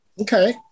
Okay